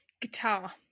Guitar